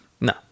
no